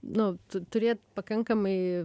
nu turėt pakankamai